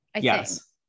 Yes